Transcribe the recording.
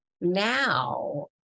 Now